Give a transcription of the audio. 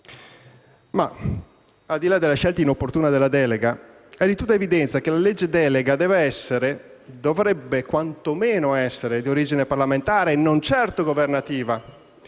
Ma, al di là della scelta inopportuna della delega, è di tutta evidenza che la legge delega deve essere o dovrebbe quanto meno essere di origine parlamentare e non certo governativa,